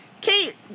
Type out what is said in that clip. Kate